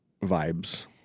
vibes